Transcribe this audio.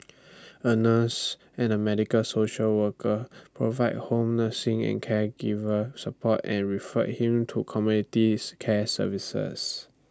A nurse and A medical social worker provided home nursing and caregiver support and referred him to communities care services